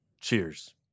Cheers